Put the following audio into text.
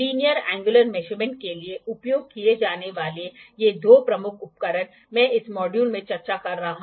linear angular measurement के लिए उपयोग किए जाने वाले ये दो प्रमुख उपकरण मैं इस मॉड्यूल में चर्चा कर रहा हूं